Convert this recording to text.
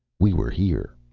we were here,